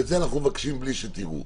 ואת זה אנחנו מבקשים בלי שתראו.